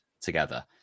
together